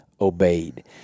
obeyed